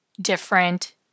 different